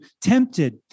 tempted